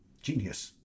genius